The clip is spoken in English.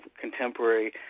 contemporary